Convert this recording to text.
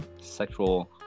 sexual